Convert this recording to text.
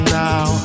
now